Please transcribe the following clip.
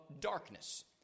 darkness